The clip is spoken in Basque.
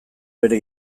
bere